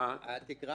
התקרה